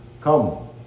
come